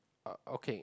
oh okay